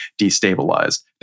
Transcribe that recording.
destabilized